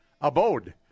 abode